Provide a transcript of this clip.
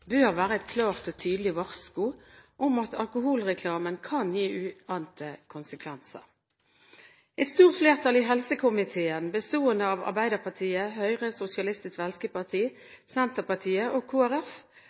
bør være et klart og tydelig varsku om at alkoholreklamen kan gi uante konsekvenser. Et stort flertall i helse- og omsorgskomiteen, bestående av Arbeiderpartiet, Høyre, Sosialistisk